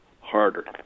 harder